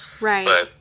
right